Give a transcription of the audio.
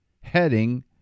heading